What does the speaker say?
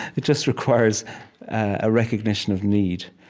it just requires a recognition of need.